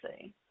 see